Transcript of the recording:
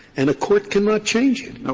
and a court cannot change it.